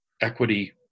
equity